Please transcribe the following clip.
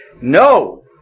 no